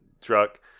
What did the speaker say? truck